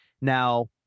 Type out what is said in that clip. Now